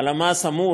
הלמ"ס אמור,